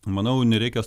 manau nereikia